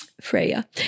Freya